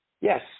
Yes